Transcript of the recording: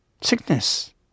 Sickness